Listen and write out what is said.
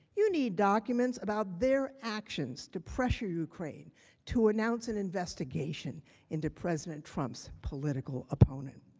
you need documents about their actions to pressure ukraine to announce an investigation into president trump's political opponent.